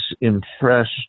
impressed